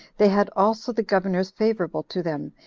they had also the governors favorable to them,